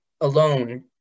alone